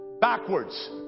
backwards